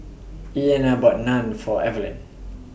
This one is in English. Ilona bought Naan For Evelyn